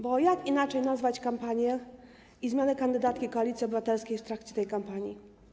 Bo jak inaczej nazwać kampanię i zmianę kandydatki Koalicji Obywatelskiej w trakcie tej kampanii?